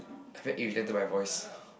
I very irritated by my voice